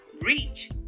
reach